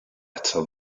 eto